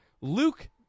Luke